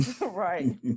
right